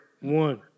One